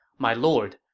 my lord,